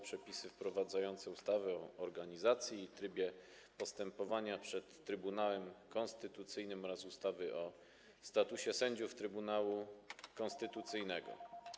Przepisy wprowadzające ustawę o organizacji i trybie postępowania przed Trybunałem Konstytucyjnym oraz ustawy o statusie sędziów Trybunału Konstytucyjnego.